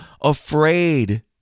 afraid